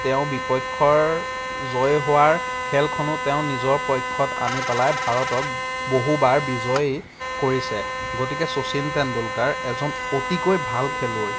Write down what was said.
তেওঁৰ বিপক্ষৰ জয় হোৱাৰ খেলখনো তেওঁ নিজৰ পক্ষত আনি পেলাই ভাৰতক বহুবাৰ বিজয়ী কৰিছে গতিকে শচীন টেণ্ডুলকাৰ এজন অতিকৈ ভাল খেলুৱৈ